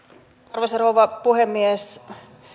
arvoisa rouva puhemies